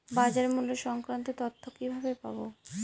বাজার মূল্য সংক্রান্ত তথ্য কিভাবে পাবো?